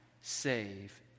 save